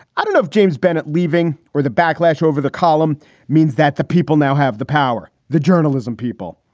i don't know if james bennet leaving or the backlash over the column means that the people now have the power. the journalism people.